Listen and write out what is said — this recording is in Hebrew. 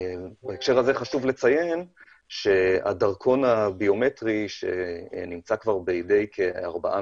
בהקשר הזה חשוב לציין שהדרכון הביומטרי שנמצא כבר בידי כארבעה